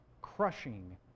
crushing